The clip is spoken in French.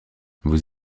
vous